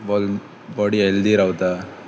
ball body healthy रावता